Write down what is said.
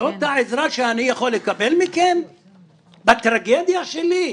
זאת העזרה שאני יכול לקבל מכם בטרגדיה שלי?